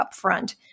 upfront